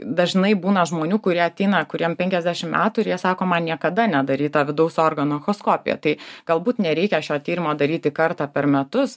dažnai būna žmonių kurie ateina kuriem penkiasdešim metų ir jie sako man niekada nedaryta vidaus organų echoskopija tai galbūt nereikia šio tyrimo daryti kartą per metus